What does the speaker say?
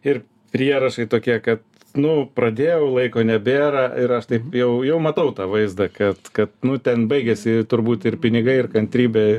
ir prierašai tokie kad nu pradėjau laiko nebėra ir aš taip jau jau matau tą vaizdą kad kad nu ten baigiasi turbūt ir pinigai ir kantrybė